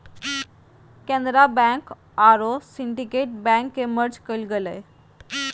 Canara bank आरो Syndicate bank के merge कइल गेलय